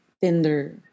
Tinder